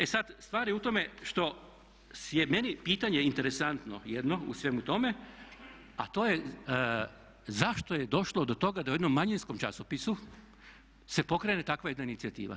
E sad stvar je u tome što je meni pitanje interesantno jedno u svemu tome, a to je zašto je došlo do toga da u jednom manjinskom časopisu se pokrene takva jedna inicijativa?